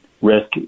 risk